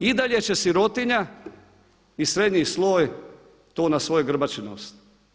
I dalje će sirotinja i srednji sloj to na svojoj grbači nositi.